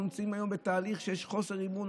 אנחנו נמצאים היום בתהליך, ויש חוסר אמון.